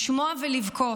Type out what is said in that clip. לשמוע ולבכות.